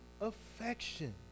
affection